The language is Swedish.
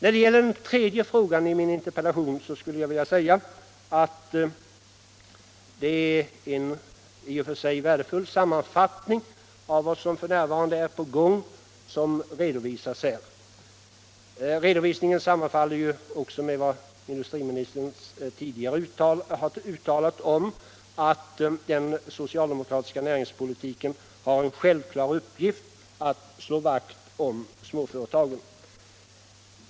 Beträffande den tredje frågan i min interpellation skulle jag vilja säga, att det är en i och för sig värdefull sammanfattning av vad som f.n. är på gång som redovisas i svaret. Redovisningen sammanfaller också med industriministerns tidigare uttalande om att den socialdemokratiska näringspolitikens självklara uppgift är att slå vakt om småföretagen.